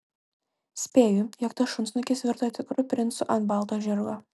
spėju jog tas šunsnukis virto tikru princu ant balto žirgo